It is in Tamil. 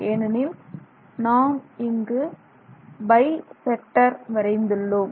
ஏனெனில் நாம் இங்கு பை செக்டர் வரைந்துள்ளோம்